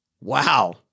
Wow